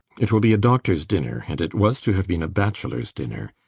it will be a doctors' dinner and it was to have been a bachelors' dinner.